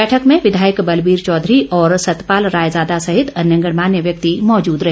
बैठक में विधायक बलवीर चौधरी और सतपाल रायज़ादा सहित अन्य गणमान्य व्यक्ति मौजूद रहे